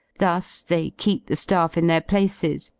thus they keep the st aff in their places,